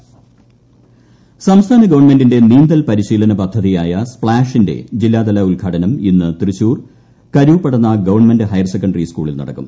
splash സംസ്ഥാന ഗവൺമെന്റിന്റെ നീന്തൽ പരിശീലന പദ്ധതിയായ സ്പ്ലാഷിന്റെ ജില്ലാതല ഉദ്ഘാടനം ഇന്ന് തൃശൂർ കരൂപ്പടന്ന ഗവൺമെന്റ് ഹയർസെക്കൻഡറി സ്കൂളിൽ നടക്കും